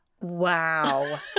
Wow